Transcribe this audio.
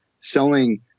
selling